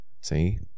See